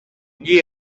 gli